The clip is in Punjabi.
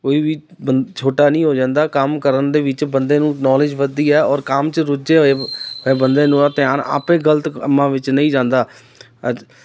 ਕੋਈ ਵੀ ਬੰ ਛੋਟਾ ਨਹੀਂ ਹੋ ਜਾਂਦਾ ਕੰਮ ਕਰਨ ਦੇ ਵਿੱਚ ਬੰਦੇ ਨੂੰ ਨੌਲੇਜ ਵੱਧਦੀ ਹੈ ਔਰ ਕੰਮ 'ਚ ਰੁੱਝੇ ਹੋਏ ਹੋਏ ਬੰਦੇ ਨੂੰ ਆ ਧਿਆਨ ਆਪੇ ਗਲਤ ਕੰਮਾਂ ਵਿੱਚ ਨਹੀਂ ਜਾਂਦਾ ਅੱਜ